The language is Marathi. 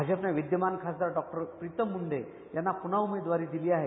भाजपनं विद्यमान खासदार डॉक्टर प्रीतम मूंडे यांना पुन्हा उमेदवारी दिली आहे